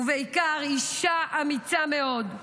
ובעיקר אישה אמיצה מאוד,